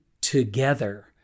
together